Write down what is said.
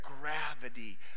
gravity